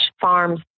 farms